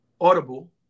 Audible